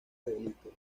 delitos